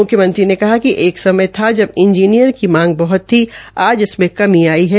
मुख्यमंत्री ने कहा कि एक समय था जब इंजीनियर की मांग बहत थी आज इसमें कमी आई है